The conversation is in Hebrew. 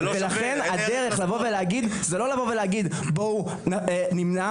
ולכן הדרך לבוא ולהגיד זה לא לבוא ולהגיד בואו נמנע,